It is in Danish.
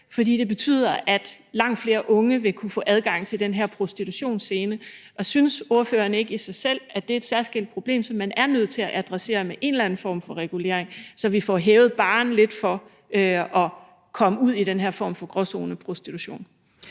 for det betyder, at langt flere unge vil kunne få adgang til den her prostitutionsscene. Synes ordføreren ikke, at det i sig selv er et særskilt problem, som man er nødt til at adressere med en eller anden form for regulering, så vi får hævet barren lidt for at komme ud i den her form for gråzoneprostitution?